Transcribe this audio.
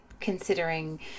considering